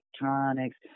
electronics